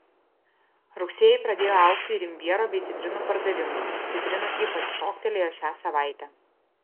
rugsėjį pradėjo augti ir imbiero bei citrinų pardavimai citrinų ypač šoktelėjo šią savaitę